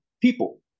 people